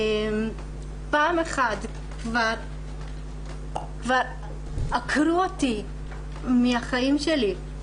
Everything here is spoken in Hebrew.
פעם אחת כבר עקרו אותי מהחיים שלי.